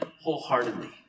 wholeheartedly